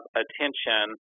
attention